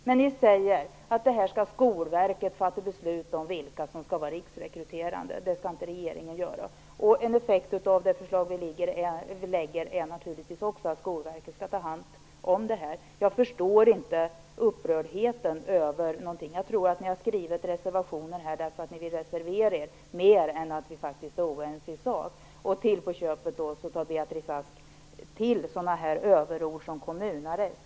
Men ni säger att Skolverket och inte regeringen skall fatta beslut om vilka grenar som skall vara riksrekryterande. En effekt av förslaget som vi lägger fram är naturligtvis att Skolverket skall ta hand om detta. Jag förstår inte upprördheten. Jag tror att ni har skrivit reservationer mer för att ni vill reservera er än för att vi faktiskt är oense i sak. Till på köpet tar Beatrice Ask till sådana överord som kommunarrest.